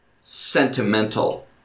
Sentimental